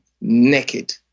naked